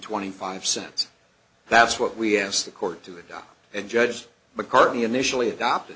twenty five cents that's what we asked the court to adopt and judge mccartney initially adopted